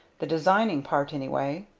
the designing part anyway.